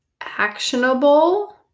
actionable